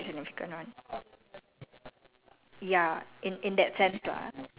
either have purpose or they don't if they don't have purpose then I'll get rid of it so like all of them quite significant [one]